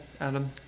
Adam